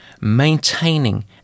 maintaining